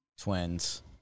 Twins